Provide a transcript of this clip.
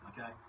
okay